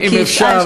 אם אפשר.